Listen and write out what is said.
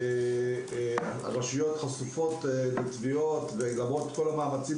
הרשויות חשופות לתביעות ולמרות כל המאמצים